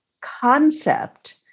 concept